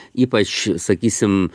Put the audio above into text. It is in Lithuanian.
ypač sakysim